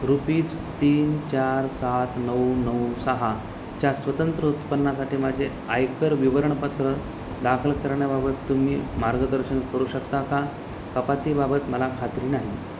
rupees तीन चार सात नऊ नऊ सहाच्या स्वतंत्र उत्पन्नासाठी माझे आयकर विवरणपत्र दाखल करण्याबाबत तुम्ही मार्गदर्शन करू शकता का कपातीबाबत मला खात्री नाही